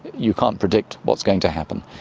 you can't predict what's going to happen.